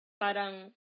parang